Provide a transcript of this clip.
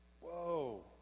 Whoa